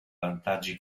vantaggi